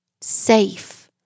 safe